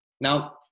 Now